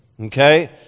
Okay